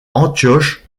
antioche